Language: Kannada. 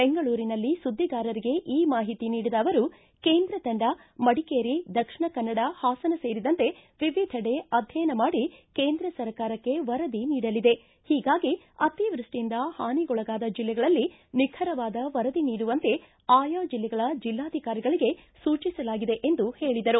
ಬೆಂಗಳೂರಿನಲ್ಲಿ ಸುದ್ದಿಗಾರರಿಗೆ ಈ ಮಾಹಿತಿ ನೀಡಿದ ಅವರು ಕೇಂದ್ರ ತಂಡ ಮಡಿಕೇರಿ ದಕ್ಷಿಣ ಕನ್ನಡ ಹಾಸನ ಸೇರಿದಂತೆ ವಿವಿಧೆಡೆ ಅಧ್ಯಯನ ಮಾಡಿ ಕೇಂದ್ರ ಸರ್ಕಾರಕ್ಕೆ ವರದಿ ನೀಡಲಿದೆ ಹೀಗಾಗಿ ಅತಿವೃಷ್ಟಿಯಿಂದ ಹಾನಿಗೊಳಗಾದ ಜಿಲ್ಲೆಗಳಲ್ಲಿ ನಿಖರವಾದ ವರದಿ ನೀಡುವಂತೆ ಆಯಾ ಜಿಲ್ಲೆಗಳ ಜೆಲ್ಲಾಧಿಕಾರಿಗಳಿಗೆ ಸೂಚಿಸಲಾಗಿದೆ ಎಂದು ಹೇಳಿದರು